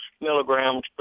milligrams